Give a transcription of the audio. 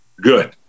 good